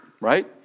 right